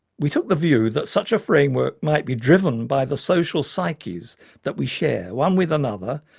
we took the view that such a framework might be driven by the social psyches that we share, one with another,